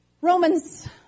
Romans